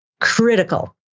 critical